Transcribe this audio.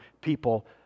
people